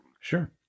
Sure